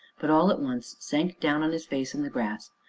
but, all at once, sank down on his face in the grass,